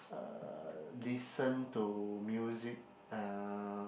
uh listen to music uh